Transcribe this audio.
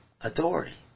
authority